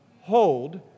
hold